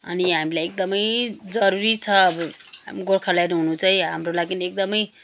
अनि हामीलाई एकदमै जरुरी छ अब गोर्खाल्यान्ड हुनु चाहिँ हाम्रो लागि एकदमै